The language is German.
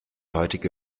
heutige